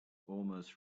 almost